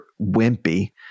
wimpy